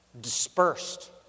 dispersed